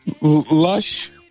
Lush